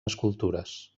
escultures